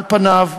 על פניו,